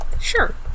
sure